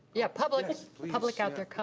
yeah, public, public out there, come.